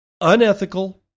unethical